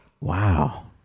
Wow